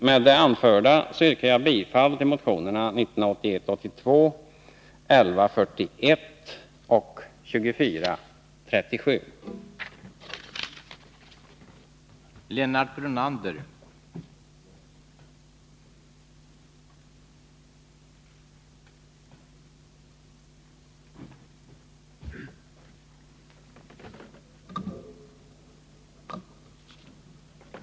Med det anförda yrkar jag bifall till motionerna 1981/82:1141 och 2437.